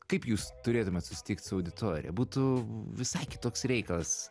kaip jūs turėtumėt susitikt su auditorija būtų visai kitoks reikalas